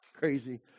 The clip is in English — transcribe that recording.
crazy